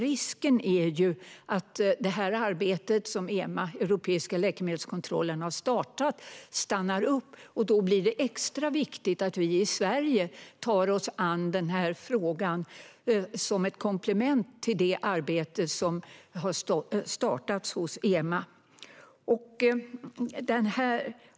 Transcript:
Risken är att arbetet som EMA, Europeiska läkemedelsmyndigheten, har startat stannar upp. Då blir det extra viktigt att vi i Sverige tar oss an den här frågan som ett komplement till det arbete som har startats hos EMA.